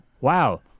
wow